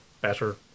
better